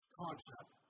concept